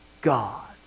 God